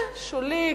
שולי,